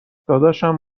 دادشمم